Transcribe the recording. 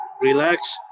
relax